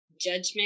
judgment